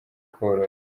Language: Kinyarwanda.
korora